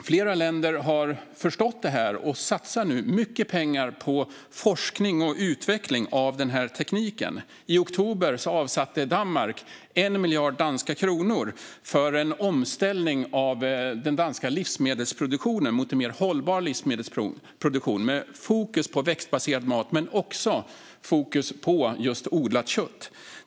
Flera länder har förstått det här och satsar nu mycket pengar på forskning och utveckling av den här tekniken. I oktober avsatte Danmark 1 miljard danska kronor för en omställning av den danska livsmedelsproduktionen mot en mer hållbar livsmedelsproduktion med fokus på växtbaserad mat men också med fokus på odlat kött.